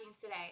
today